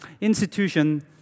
Institution